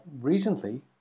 recently